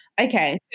Okay